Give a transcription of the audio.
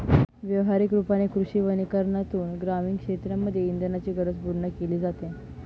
व्यवहारिक रूपाने कृषी वनीकरनातून ग्रामीण क्षेत्रांमध्ये इंधनाची गरज पूर्ण केली जाते